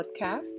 podcast